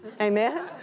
Amen